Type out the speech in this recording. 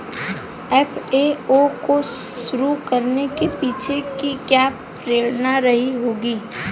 FAO को शुरू करने के पीछे की क्या प्रेरणा रही होगी?